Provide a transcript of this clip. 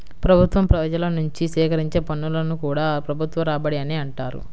ప్రభుత్వం ప్రజల నుంచి సేకరించే పన్నులను కూడా ప్రభుత్వ రాబడి అనే అంటారు